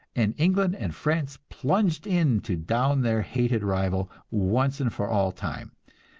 and england and france plunged in to down their hated rival, once and for all time.